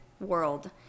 world